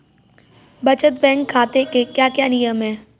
बचत बैंक खाते के क्या क्या नियम हैं?